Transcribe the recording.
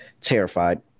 Terrified